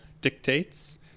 dictates